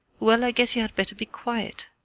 well, i guess you had better be quiet,